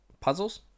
puzzles